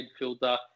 midfielder